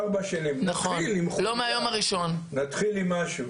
ארבע שנים, נתחיל עם משהו.